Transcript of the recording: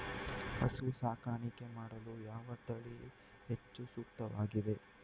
ಹಸು ಸಾಕಾಣಿಕೆ ಮಾಡಲು ಯಾವ ತಳಿ ಹೆಚ್ಚು ಸೂಕ್ತವಾಗಿವೆ?